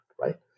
right